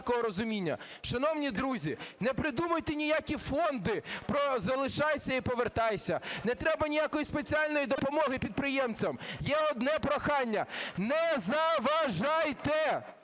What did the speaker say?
Шановні друзі, не придумуйте ніякі фонди про "залишайся і повертайся", не треба ніякої спеціальної допомоги підприємцям. Є одне прохання: не заважайте.